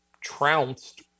trounced